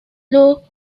low